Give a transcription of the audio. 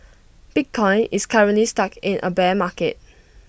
bitcoin is currently stuck in A bear market